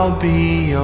um be